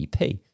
EP